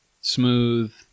Smooth